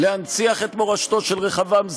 להנציח את מורשתו של רחבעם זאבי.